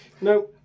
No